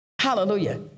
Hallelujah